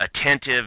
attentive